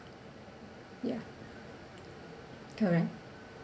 ya correct